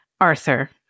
Arthur